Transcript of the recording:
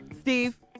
Steve